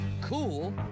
cool